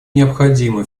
необходимы